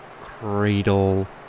Cradle